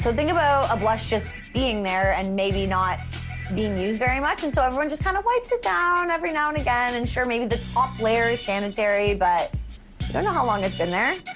so think about a blush just being there and maybe not being used very much and so everyone just kind of wipes it down every now and again and, sure, maybe the top layer is sanitary but you don't know how long it's been there.